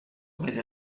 vede